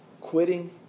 quitting